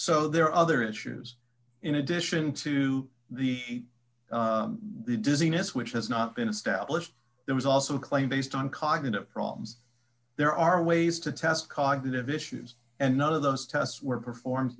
so there are other issues in addition to the dizziness which has not been established there was also a claim based on cognitive problems there are ways to test cognitive issues and none of those tests were perform